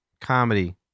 comedy